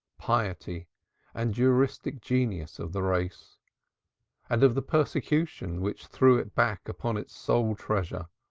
piety and juristic genius of the race and of the persecution which threw it back upon its sole treasure,